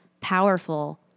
powerful